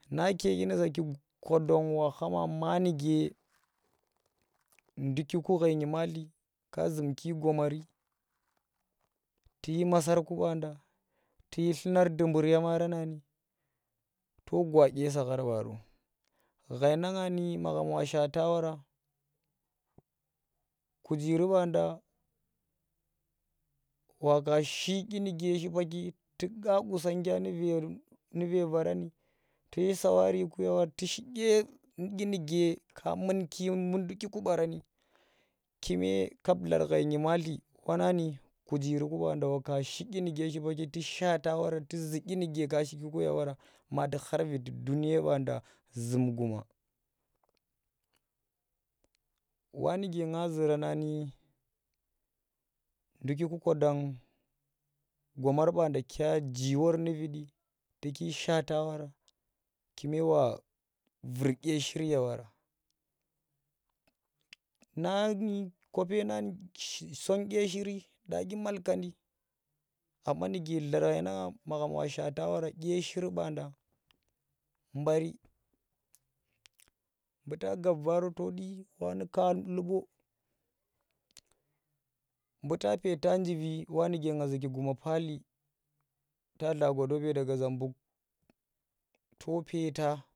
Nake dyi nu saki kwadon wa kha ma ma ndukiku ghai nyematli ka zumki gomari ti yi maasar ku baanda tu shi dlunar dubur ya marana ni to gwa dye sakhar baaro ghai na nga ni magham wa shata wara kujiri baanda waka shi dyi nu ge shipaki tu qa qusangya nu Ve Vara ni to shi sawari ku wara tushi dye dyinke ka munki bu ndukiku baarani kumee kap, dlar ghai nymatli wanang ni ku̱jiri ku bannda wa ka shi dyi nu̱ke shipa tu shaata wora nu dyinuke ka shikikhar viti duniya baanda tu zum guma wa nuke nga zura na ni ndukiku kwadon gomar baanda aa jii wor nu vidi tu ku shaata wara kume wa vur dye shir ye wara nani kope nani song dye shiiri dya dyi malkan di anma nuke lar ghai na nga waka shaata wara dye shir baanda baari buta gabvaro tu du lubo mbuta peeta njivi wa nuke nga zuki guma pali ta dla ggodobe daga zambuk to peeta.